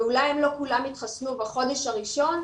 ואולי הם לא כולם יתחסנו בחודש הראשון,